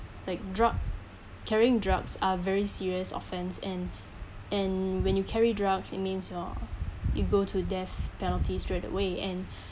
like drug carrying drugs are very serious offence and and when you carry drugs it means you're you go to death penalty straight away and